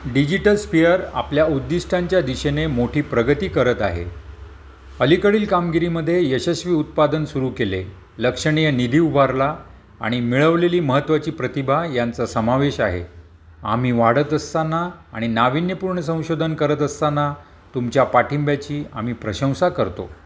digital Spear आपल्या उद्दिष्टांच्या दिशेने मोठी प्रगती करत आहे अलीकडील कामगिरीमध्ये यशस्वी उत्पादन सुरू केले लक्षणीय निधी उभारला आणि मिळवलेली महत्त्वाची प्रतिभा यांचा समावेश आहे आम्ही वाढत असताना आणि नाविन्यपूर्ण संशोधन करत असताना तुमच्या पाठिंब्याची आम्ही प्रशंसा करतो